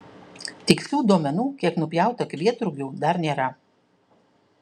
tikslių duomenų kiek nupjauta kvietrugių dar nėra